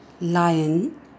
lion